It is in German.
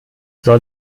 soll